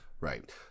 Right